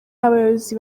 abayobozi